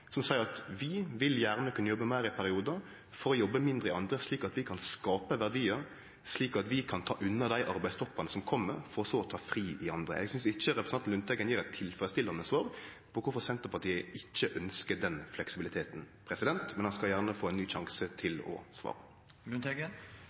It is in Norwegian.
som seier at vi vil gjerne kunne jobbe meir i periodar for å jobbe mindre i andre, slik at vi kan skape verdiar, slik at vi kan ta unna dei arbeidstoppane som kjem, for så å ta fri i andre periodar. Eg synest ikkje representanten Lundteigen gjev eit tilfredsstillande svar på kvifor Senterpartiet ikkje ønskjer den fleksibiliteten, men han skal gjerne få ein ny sjanse til